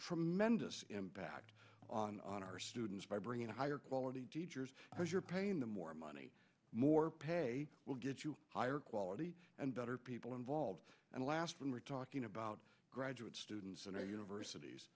tremendous impact on our students by bringing higher quality teachers as your pain the more money more pay will get you higher quality and better people involved and last when we're talking about graduate students and universities